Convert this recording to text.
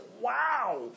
wow